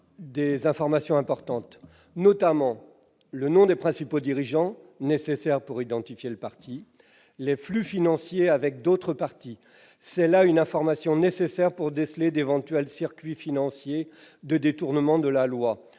des informations importantes, notamment le nom des principaux dirigeants, nécessaire pour identifier le parti, les flux financiers avec d'autres partis- information nécessaire pour déceler d'éventuels circuits financiers ou détournement de la loi,